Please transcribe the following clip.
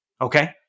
Okay